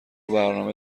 برنامه